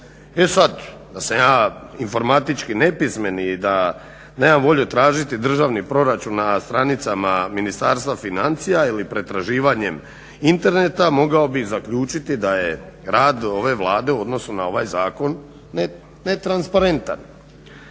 E sada da sam ja informatički nepismen i da ja nemam volju tražiti državni proračun na stranicama Ministarstva financija ili pretraživanjem interneta mogao bi zaključiti da je rad ove Vlade u odnosu na ovaj zakon netransparentan.